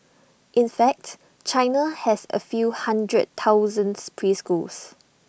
in facts China has A few hundred thousands preschools